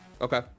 okay